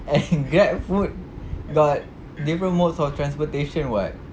and GrabFood got different modes of transportation [what]